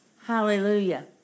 Hallelujah